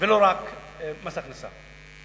ולא רק מס הכנסה.